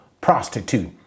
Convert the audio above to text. prostitute